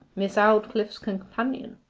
miss aldclyffe's companion.